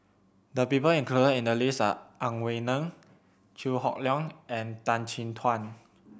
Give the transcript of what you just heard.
the people included in the list are Ang Wei Neng Chew Hock Leong and Tan Chin Tuan